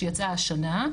שיצאה השנה,